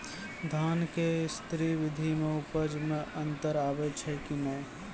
धान के स्री विधि मे उपज मे अन्तर आबै छै कि नैय?